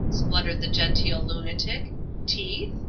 spluttered the genteel lunatic teeth?